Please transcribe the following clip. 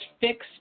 fixed